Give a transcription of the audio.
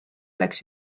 läks